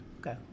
okay